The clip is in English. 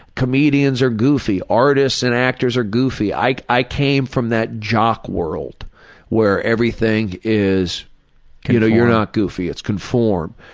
comedians are goofy. artists and actors are goofy. i i came from that jock world where everything is you know you're not goofy, it's conform.